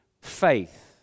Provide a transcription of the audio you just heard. faith